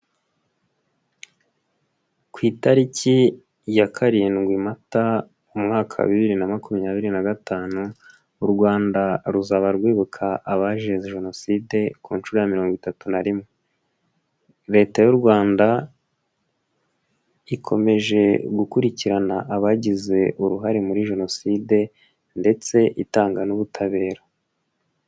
Ku itariki ya karindwi, mata, umwaka wa bibiri na makumyabiri na gatanu u Rwanda ruzaba rwibuka abazize jenoside ku nshuro ya mirongo itatu na rimwe, leta y'u Rwanda ikomeje gukurikirana abagize uruhare muri jenoside ndetse itanga n'ubutabera.